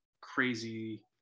crazy